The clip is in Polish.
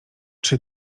czy